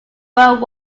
world